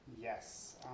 Yes